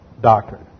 doctrine